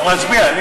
צריך להצביע.